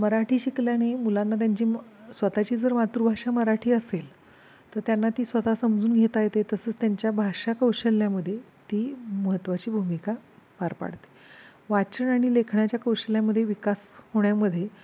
मराठी शिकल्याने मुलांना त्यांची मग स्वत ची जर मातृभाषा मराठी असेल तर त्यांना ती स्वतः समजून घेता येते तसंच त्यांच्या भाषा कौशल्यामध्ये ती महत्त्वाची भूमिका पार पाडते वाचन आणि लेखनाच्या कौशल्यामध्ये विकास होण्यामध्ये